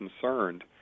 concerned